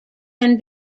can